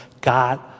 God